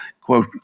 quote